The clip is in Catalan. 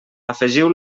afegiu